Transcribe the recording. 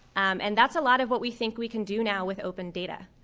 and that's a lot of what we think we can do now with open data.